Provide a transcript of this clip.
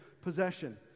possession